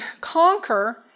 conquer